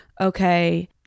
Okay